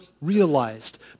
realized